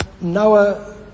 Noah